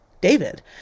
David